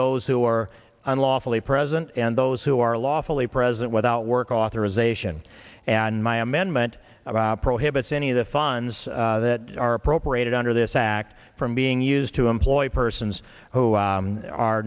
those who are unlawfully present and those who are lawfully present without work authorization and my amendment prohibits any of the funds that are appropriated under this act from being used to employ persons who